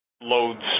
loads